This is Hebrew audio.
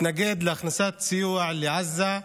מתנגד להכנסת סיוע לעזה.